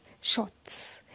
Shots